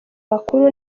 makuru